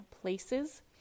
places